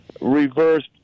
reversed